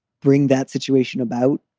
bring that situation about